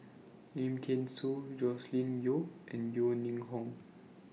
Lim Thean Soo Joscelin Yeo and Yeo Ning Hong